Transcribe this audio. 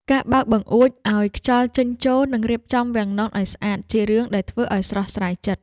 ការបើកបង្អួចឱ្យខ្យល់ចេញចូល និងរៀបចំវាំងននឱ្យស្អាត ជារឿងដែលធ្វើឲ្យស្រស់ស្រាយចិត្ត។